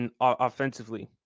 offensively